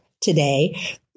today